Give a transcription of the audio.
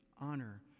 honor